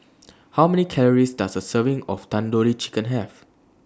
How Many Calories Does A Serving of Tandoori Chicken Have